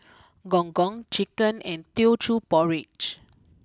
Gong Gong Chicken and Teochew Porridge